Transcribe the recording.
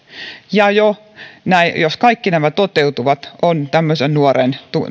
ja harrastusten puute jos kaikki nämä toteutuvat on tämmöisen nuoren